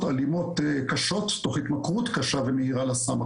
אלימות קשות תוך התמכרות קשה ומהירה לסם,